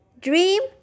dream